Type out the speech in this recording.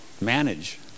manage